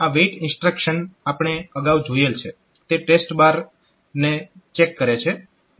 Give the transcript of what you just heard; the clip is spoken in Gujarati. આ વેઇટ ઇન્સ્ટ્રક્શન આપણે અગાઉ જોયેલ છે તે TEST ને ચેક કરે છે